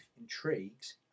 intrigues